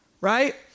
right